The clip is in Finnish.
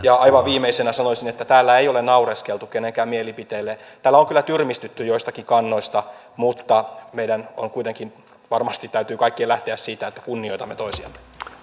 aivan viimeisenä sanoisin että täällä ei ole naureskeltu kenenkään mielipiteille täällä on kyllä tyrmistytty joistakin kannoista mutta meidän varmasti täytyy kaikkien lähteä siitä että kunnioitamme toisiamme